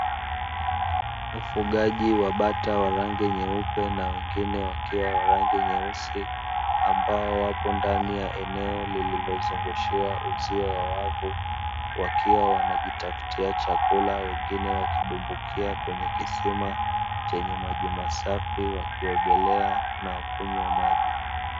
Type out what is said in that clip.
Ufugaji wa bata wa rangi nyeupe na wengine wakiwa wa rangi nyeusi, ambao wapo ndani eneo lililozungishiwa uzio wa wavu, wakiwa wanajitafutia chakula, wengine wanadumbukia kwenye kisima cha maji masafi wakiogelea na kunywa maji.